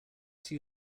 see